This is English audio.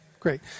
Great